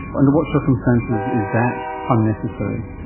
under what circumstances is that unnecessary?